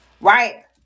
right